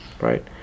right